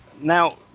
Now